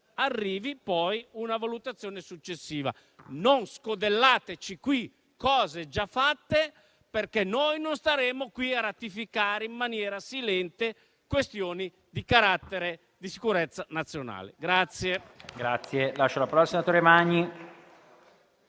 arrivi poi una valutazione successiva. Non scodellateci qui cose già fatte, perché noi non staremo a ratificare in maniera silente questioni di sicurezza nazionale.